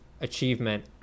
achievement